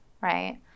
right